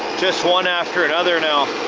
just one after another now.